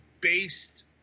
based